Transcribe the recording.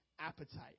appetite